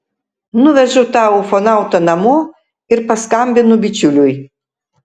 nuvežu tą ufonautą namo ir paskambinu bičiuliui